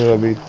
of a